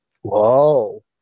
Whoa